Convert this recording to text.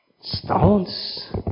stones